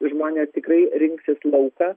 žmonės tikrai rinksis lauką